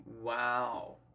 Wow